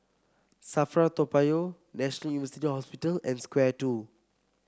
Safra Toa Payoh National University Hospital and Square Two